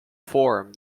form